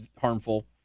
harmful